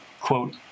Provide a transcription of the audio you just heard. quote